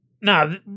No